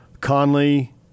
Conley